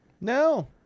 no